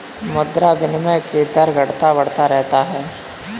मुद्रा विनिमय के दर घटता बढ़ता रहता है